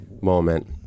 moment